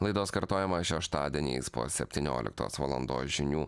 laidos kartojamą šeštadieniais po septynioliktos valandos žinių